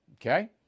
Okay